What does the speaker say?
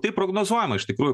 tai prognozuojama iš tikrųjų